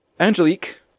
Angelique